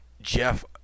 Jeff